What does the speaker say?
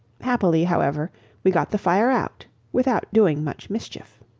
happily however we got the fire out without doing much mischief.